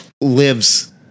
lives